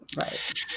Right